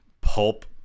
pulp